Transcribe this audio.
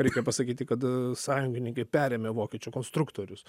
reikia pasakyti kad sąjungininkai perėmė vokiečių konstruktorius